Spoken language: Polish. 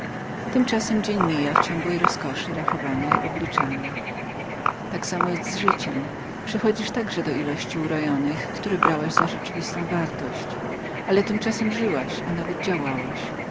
tymczasem dzień mija w ciągłej roskoszy rachowania i obliczania to samo ma się z życiem przychodzisz także do ilości urojonych które brałaś za rzeczywistą wartość ale tymczasem żyłaś a nawet działałaś